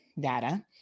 data